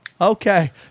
Okay